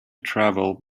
travel